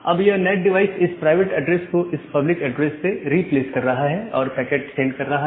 अब यह NAT device इस प्राइवेट एड्रेस को इस पब्लिक एड्रेस से रिप्लेस कर रहा है और पैकेट सेंड कर रहा है